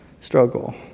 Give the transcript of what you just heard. struggle